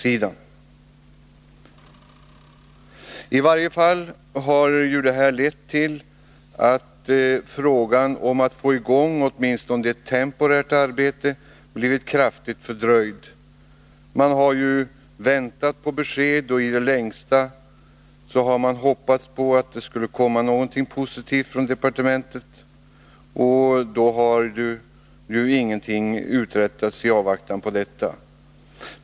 I varje fall har följden blivit att frågan om att få i gång åtminstone ett temporärt arbete blivit kraftigt fördröjd. Man har ju väntat på besked och i det längsta hoppats att det skulle komma något positivt sådant från departementet. I avvaktan på detta har då ingenting uträttats.